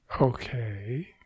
Okay